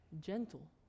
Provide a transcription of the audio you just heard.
gentle